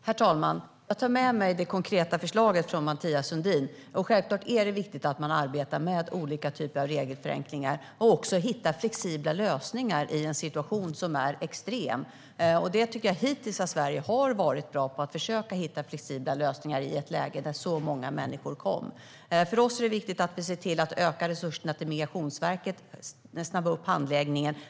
Herr talman! Jag tar med mig det konkreta förslaget från Mathias Sundin. Självklart är det viktigt att man arbetar med olika typer av regelförenklingar och också hittar flexibla lösningar i en situation som är extrem. Jag tycker att Sverige hittills har varit bra på att försöka hitta flexibla lösningar i ett läge när så många människor kom. För oss är det viktigt att se till att öka resurserna till Migrationsverket för att snabba upp handläggningen.